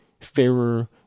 fairer